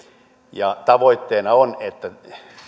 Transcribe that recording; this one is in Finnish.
ja tavoitteena on että